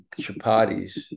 chapatis